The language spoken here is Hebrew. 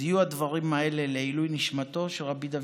אז יהיו הדברים האלה לעילוי נשמתו של רבי דוד